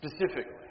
specifically